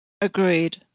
Agreed